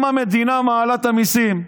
אם המדינה מעלה את המיסים,